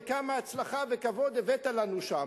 וכמה הצלחה וכבוד הבאת לנו שם,